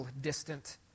distant